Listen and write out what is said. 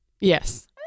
Yes